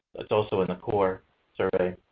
it's also in the core survey.